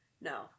No